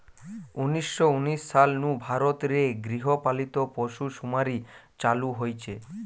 উনিশ শ উনিশ সাল নু ভারত রে গৃহ পালিত পশুসুমারি চালু হইচে